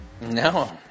No